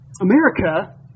America